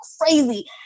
crazy